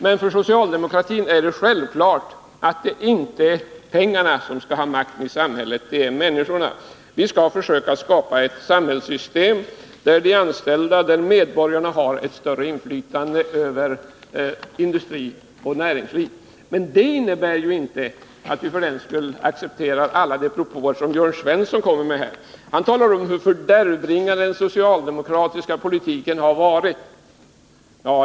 Men för socialdemokratin är det självklart att det inte är pengarna som skall ha makten i samhället, det är människorna. Vi skall försöka skapa ett samhällssystem där de anställda, medborgarna, har ett större inflytande över industri och näringsliv. Det innebär inte att vi för den skull accepterar alla de propåer som Jörn Svensson kommer med. Han talar om hur fördärvbringande den socialdemokratiska politiken har varit.